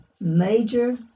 major